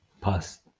Past